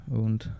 und